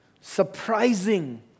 surprising